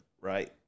right